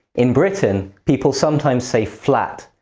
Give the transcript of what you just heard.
in britain, people sometimes say, flat.